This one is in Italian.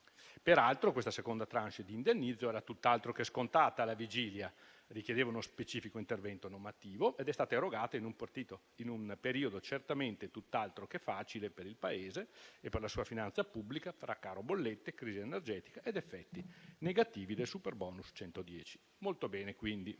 Peraltro questa seconda *tranche* di indennizzo era tutt'altro che scontata alla vigilia; richiedeva uno specifico intervento normativo ed è stata erogata in un periodo certamente tutt'altro che facile per il Paese e per la sua finanza pubblica, tra caro bollette, crisi energetica ed effetti negativi del superbonus 110. Molto bene, quindi: